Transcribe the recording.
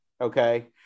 okay